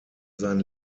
sein